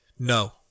No